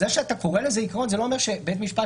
זה שאתה קורא לזה עיקרון זה לא אומר שבית משפט